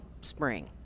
spring